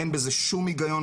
אין בזה שום היגיון.